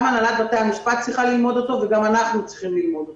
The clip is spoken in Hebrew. גם הנהלת בתי המשפט צריכה ללמוד אותו וגם אנחנו צריכים ללמוד אותו.